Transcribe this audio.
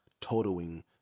totaling